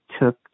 took